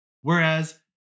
whereas